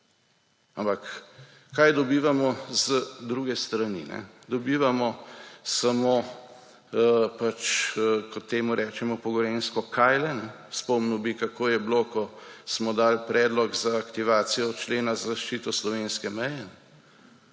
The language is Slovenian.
Ampak kaj dobivamo z druge strani? Dobivamo samo pač, kot temu rečemo po gorenjsko, kajle. Spomnil bi, kako je bilo, ko smo dali predlog za aktivacijo člena za zaščito slovenske meje.